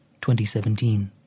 2017